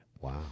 Wow